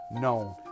known